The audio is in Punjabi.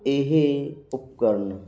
ਇਹ ਉਪਕਰਨ